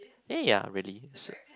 yeah yeah really s~